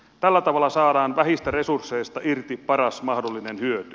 tällä tavalla saadaan vähistä resursseista irti paras mahdollinen hyöty